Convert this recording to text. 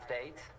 States